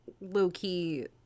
low-key